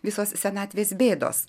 visos senatvės bėdos